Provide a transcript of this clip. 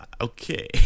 okay